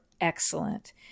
excellent